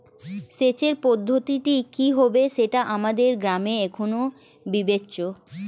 সেচের পদ্ধতিটি কি হবে সেটা আমাদের গ্রামে এখনো বিবেচ্য